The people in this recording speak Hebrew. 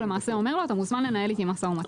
הוא למעשה אומר לו: אתה מוזמן לנהל איתי משא ומתן.